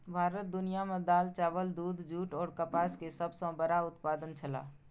भारत दुनिया में दाल, चावल, दूध, जूट और कपास के सब सॉ बड़ा उत्पादक छला